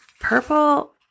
Purple